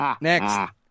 Next